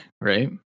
right